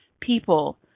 people